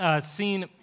seen